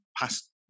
past